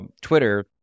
Twitter